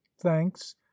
thanks